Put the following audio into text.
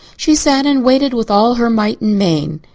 she sat and waited with all her might and main.